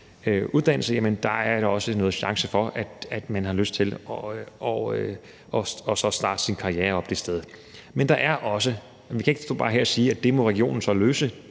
uddannelse, er der også en chance for, at man har lyst til så at starte sin karriere op. Kl. 13:40 Men vi kan ikke bare stå her og sige, at det må regionen så løse.